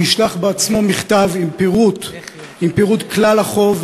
הוא ישלח בעצמו מכתב עם פירוט כלל החוב,